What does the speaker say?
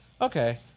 Okay